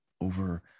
over